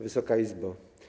Wysoka Izbo!